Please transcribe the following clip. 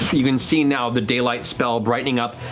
you can see now the daylight spell brightening up.